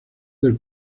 del